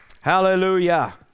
Hallelujah